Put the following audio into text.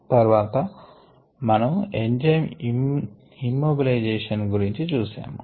తర్వాత మనము enzyme immobilisation గురించి చూశాము